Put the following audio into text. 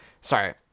sorry